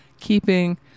keeping